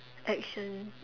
action